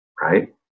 right